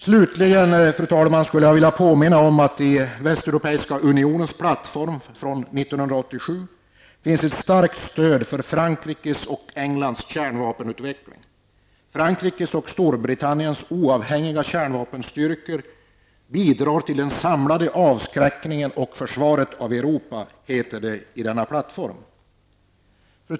Slutligen, fru talman, skulle jag vilja påminna om att det när det gäller den västeuropeiska unionens plattform från 1987 finns ett starkt stöd för ''Frankrikes och Storbritanniens oavhängiga kärnvapenstyrkor bidrar till den samlade avskräckningen och försvaret i Europa'', heter det i fråga om denna plattform.